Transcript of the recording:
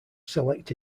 select